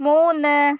മൂന്ന്